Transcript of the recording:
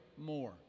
more